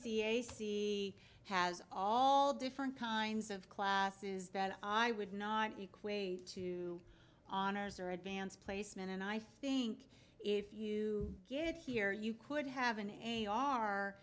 c a c has all different kinds of classes that i would not equate to honors or advanced placement and i think if you get here you could have an a